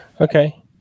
Okay